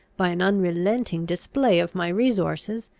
by an unrelenting display of my resources,